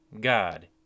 God